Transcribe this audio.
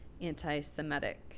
anti-Semitic